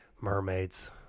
mermaids